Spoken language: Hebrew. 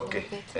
אוקיי.